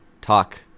talk